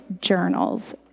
journals